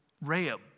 ram